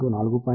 7 సెం